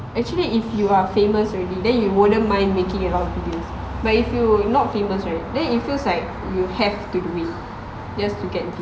actually when you are famous already then you won't mind making a lot of videos but if you not famous right then if feels like you have to do it just to get views